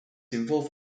involved